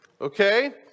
Okay